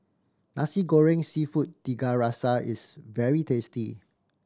Nasi Goreng Seafood Tiga Rasa is very tasty